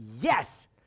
yes